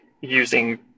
using